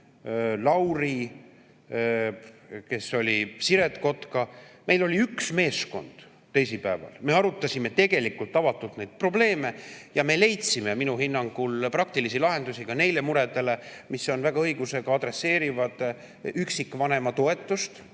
Lauri ja Siret Kotka. Meil oli üks meeskond, teisipäeval. Me arutasime tegelikult avatult neid probleeme ja me leidsime minu hinnangul praktilisi lahendusi ka neile muredele, mis õigusega adresseerivad üksikvanema toetust.